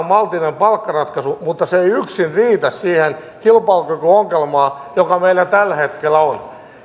maltillinen palkkaratkaisu mutta se ei yksin riitä siihen kilpailukykyongelmaan joka meillä tällä hetkellä on